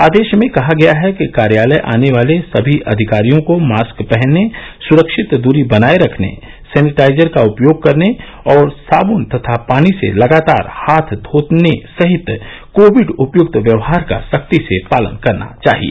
आदेश में कहा गया है कि कार्यालय आने वाले सनी अधिकारियों को मास्क पहनने सुरक्षित दूरी बनाए रखने सैनिटाइजर का उपयोग करने और साबुन तथा पानी से लगातार हाथ धोने सहित कोविड उपयुक्त व्यवहार का सख्ती से पालन करना चाहिए